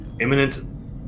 imminent